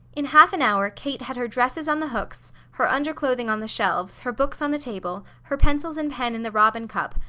in half an hour kate had her dresses on the hooks, her underclothing on the shelves, her books on the table, her pencils and pen in the robin cup,